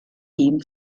ihm